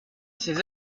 ses